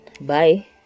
bye